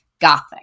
Gothic